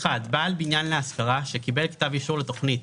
(1)בעל בניין להשכרה שקיבל כתב אישור לתכנית